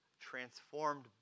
transformed